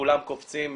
כולם קופצים,